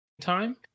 Time